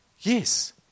Yes